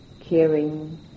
caring